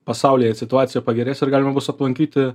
pasaulyje situacija pagerės ir galima bus aplankyti